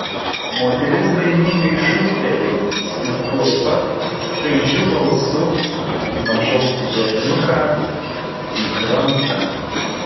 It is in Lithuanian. moteris baimingai šūkteli ir tuoj pat šaižiu balsu ima šaukti berniuką į krantą